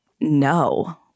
no